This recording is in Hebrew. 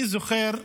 אני זוכר שבהפגנות,